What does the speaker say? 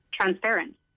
transparent